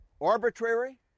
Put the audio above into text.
arbitrary